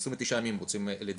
עשרים ותשעה ימים אם רוצים לדייק,